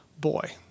boy